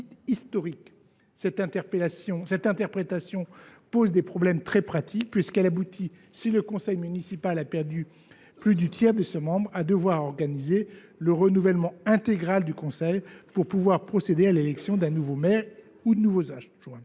historiques ». Cette interprétation pose des difficultés très concrètes, puisqu’elle contraint, si le conseil municipal a perdu plus du tiers de ses membres, à organiser le renouvellement intégral du conseil pour procéder à l’élection d’un nouveau maire ou de nouveaux